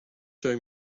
show